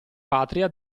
patria